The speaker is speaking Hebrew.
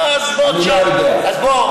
אז בוא,